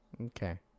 Okay